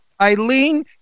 Eileen